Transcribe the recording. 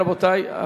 רבותי?